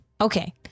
Okay